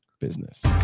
business